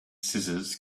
scissors